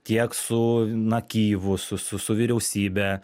tiek su na kijevu su su su vyriausybe